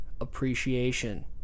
appreciation